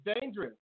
dangerous